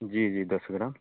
जी जी दस ग्राम